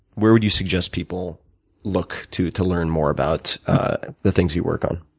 where would you suggest people look to to learn more about the things you work on?